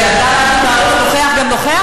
של "עבדאללה אבו מערוף נוכח גם נוכח"?